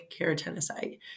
keratinocyte